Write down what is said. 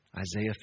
Isaiah